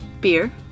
Beer